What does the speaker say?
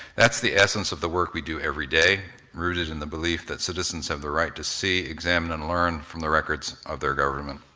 that's the essence of the work we do every day, rooted in the belief that citizens have the right to see, examine, and learn from the records of their government.